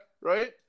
right